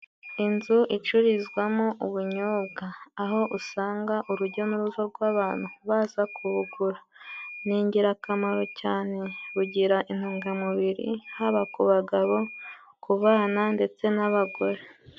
Inzu icururizwamo ubunyobwa aho usanga urujya n'uruza rw'abantu baza kubugura ni ingirakamaro cyane bugira intungamubiri haba ku bagabo ku bana ndetse n'abagore.